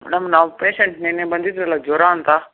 madam ನಾವು patient ನೆನ್ನೆ ಬಂದಿದ್ವಲ್ಲ ಜ್ವರ ಅಂತ